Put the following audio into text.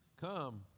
come